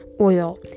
oil